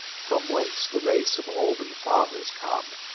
from whence the race of alban fathers come,